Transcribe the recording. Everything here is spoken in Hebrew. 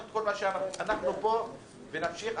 אנחנו פה ונמשיך.